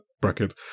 bracket